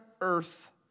earth